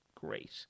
great